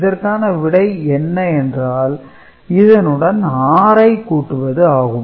இதற்க்கான விடை என்ன என்றால் இதனுடன் 6 ஐ கூட்டுவது ஆகும்